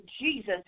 Jesus